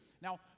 Now